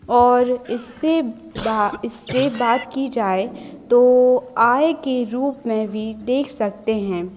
और इससे ब इससे बात की जाए तो आय के रूप में भी देख सकते हैं